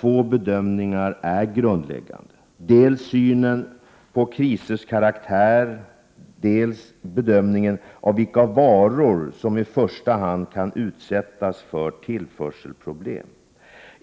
Två bedömningar är där grundläggande: dels synen på krisers karaktär, dels bedömningen av vilka varor som i första hand kan utsättas för tillförselproblem.